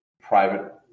private